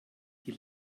die